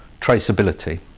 traceability